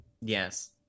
Yes